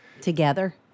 together